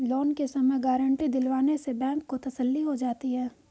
loan के समय guarantee दिलवाने से बैंक को तसल्ली हो जाती है